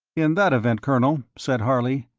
in that event, colonel, said harley,